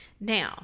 Now